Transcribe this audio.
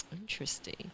Interesting